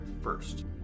first